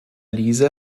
liese